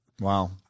Wow